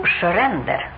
surrender